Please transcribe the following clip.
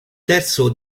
terzo